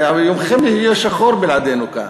יומכם יהיה שחור בלעדינו כאן.